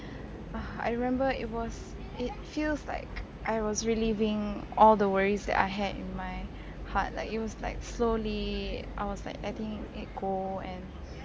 ah I remember it was it feels like I was really being all the worries that I had in my heart like it was like slowly I was like letting it go and